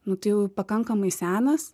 nu tai jau pakankamai senas